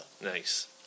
Nice